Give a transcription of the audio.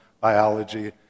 biology